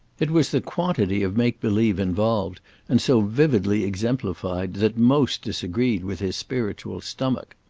it was the quantity of make-believe involved and so vividly exemplified that most disagreed with his spiritual stomach.